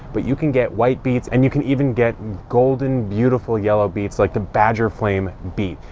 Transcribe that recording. but you can get white beets and you can even get golden, beautiful yellow beets, like the badger flame beet.